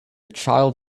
child